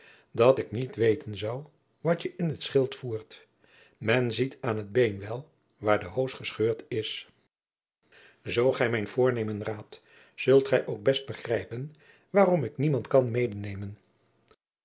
dat ik niet weten zou wat je in t schild voert men ziet aan t been wel waar de hoos gescheurd is zoo gij mijn voornemen raadt zult gij ook jacob van lennep de pleegzoon best begrijpen waarom ik niemand kan medenemen